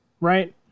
Right